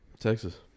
Texas